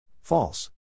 False